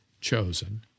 chosen